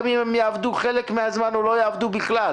גם אם הן יעבדו חלק מן הזמן או לא יעבדו בכלל,